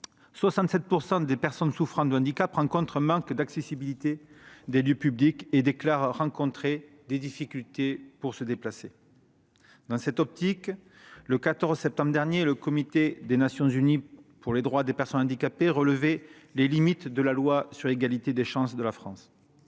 67 % des personnes souffrant de handicap font face à un manque d'accessibilité des lieux publics et déclarent rencontrer des difficultés pour se déplacer. Dans cette optique, le 14 septembre dernier, le Comité des Nations unies pour les droits des personnes handicapées relevait les limites de la loi pour l'égalité des droits et des chances